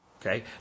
Okay